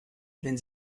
wenn